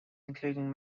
including